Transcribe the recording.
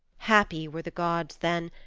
happy were the gods then,